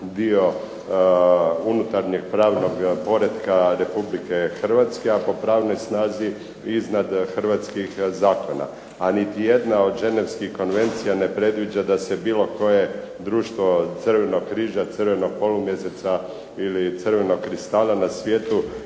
dio unutarnjeg pravnog poretka Republike Hrvatske, a po pravnoj snazi iznad hrvatskih zakona, a niti jedna od ženevskih konvencija ne predviđa da se bilo koje društvo Crvenog križa, Crvenog polumjeseca ili crvenog kristala na svijetu